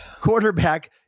quarterback